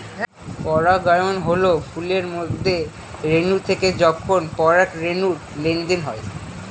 পরাগায়ন হল ফুলের মধ্যে রেনু থেকে যখন পরাগরেনুর লেনদেন হয়